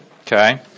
okay